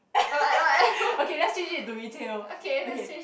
okay let's change it to retail okay